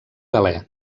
galè